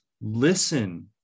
Listen